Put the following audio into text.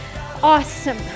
awesome